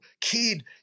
kid